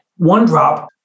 OneDrop